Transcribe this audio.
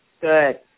Good